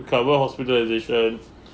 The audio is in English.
cover hospitalisation